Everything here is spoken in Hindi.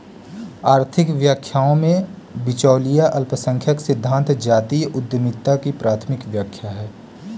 आर्थिक व्याख्याओं में, बिचौलिया अल्पसंख्यक सिद्धांत जातीय उद्यमिता की प्राथमिक व्याख्या है